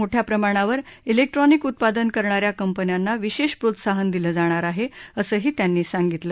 मोठ्या प्रमाणावर इलेक्ट्रॉनिक उत्पादन करणाऱ्या कंपन्यांना विशेष प्रोत्साहन दिलं जाणार आहे असंही त्यांनी सांगितलं